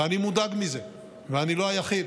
ואני מודאג מזה, ואני לא היחיד.